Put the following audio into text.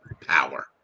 Power